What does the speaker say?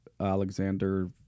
Alexander